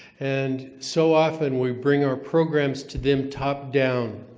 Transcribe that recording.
and so often, we bring our programs to them top-down.